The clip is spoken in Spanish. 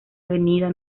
avenida